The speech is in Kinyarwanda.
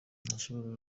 ntashobora